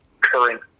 current